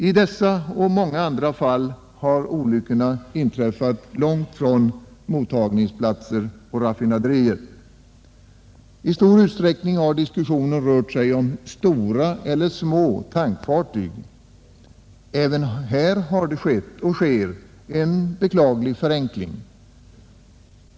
I dessa och många andra fall har olyckorna inträffat långt från mottagningsplatser och raffinaderier. I stor utsträckning har diskussionen rört sig om stora eller små tankfartyg. Även här har skett och sker en beklaglig förenkling.